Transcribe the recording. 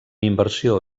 inversió